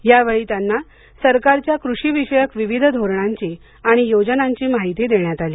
यावेळी त्यांना सरकारच्या कृषिविषयक विविध धोरणांची आणि योजनांची माहिती देण्यात आली